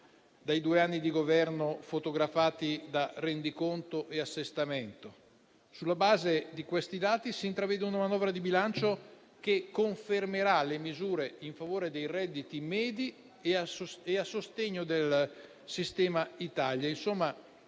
dai due anni di Governo fotografati da rendiconto e assestamento. Sulla base di questi dati si intravede una manovra di bilancio che confermerà le misure in favore dei redditi medi e a sostegno del sistema Italia.